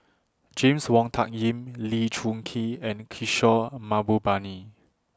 James Wong Tuck Yim Lee Choon Kee and Kishore Mahbubani